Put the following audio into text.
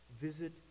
visit